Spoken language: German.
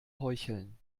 heucheln